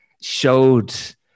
showed